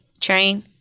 Train